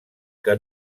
que